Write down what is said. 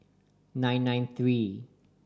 nine nine three